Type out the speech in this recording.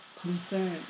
concern